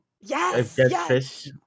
yes